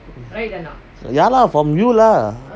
ya lah from you lah